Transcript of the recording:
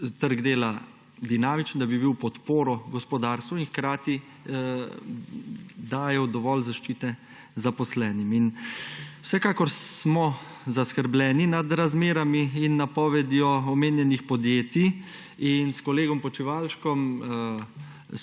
trg dela dinamičen, da bi bil podpora gospodarstvu in hkrati dajal dovolj zaščite zaposlenim. Vsekakor smo zaskrbljeni nad razmerami in napovedjo omenjenih podjetij in s kolegom Počivalškom